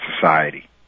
society